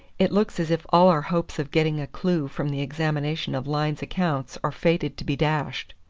it looks as if all our hopes of getting a clue from the examination of lyne's accounts are fated to be dashed.